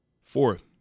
Fourth